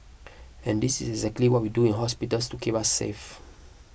and this is exactly what we do in hospitals to keep us safe